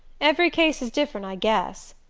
every case is different, i guess.